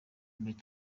mbere